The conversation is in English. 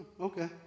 okay